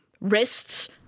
wrists